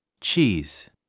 cheese